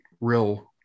real